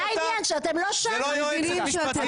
זה לא יועצת משפטית,